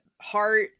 heart